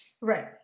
Right